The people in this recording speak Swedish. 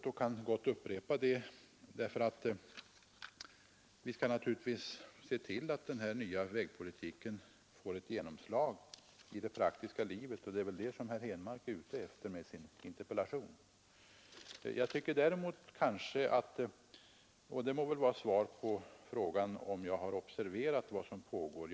Jag kan gott upprepa detta, eftersom vi naturligtvis skall se till att den nya vägpolitiken skall få ett genomslag i det praktiska livet. Det är väl det som herr Henmark är ute efter med sin interpellation. Herr Henmark frågar om jag har observerat vad som pågår.